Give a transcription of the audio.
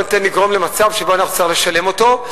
ניתן לגרום למצב שבו אנחנו נצטרך לשלם אותו,